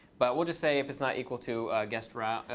but we'll just say if it's not equal to guessed right.